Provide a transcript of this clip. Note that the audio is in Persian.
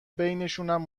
بینشونم